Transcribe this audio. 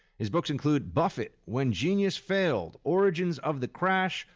his books include buffett when genius failed, origins of the crash,